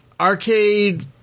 Arcade